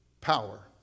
power